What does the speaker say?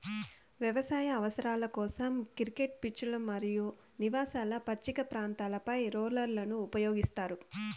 వ్యవసాయ అవసరాల కోసం, క్రికెట్ పిచ్లు మరియు నివాస పచ్చిక ప్రాంతాలపై రోలర్లను ఉపయోగిస్తారు